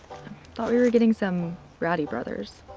thought we were getting some rowdy brothers.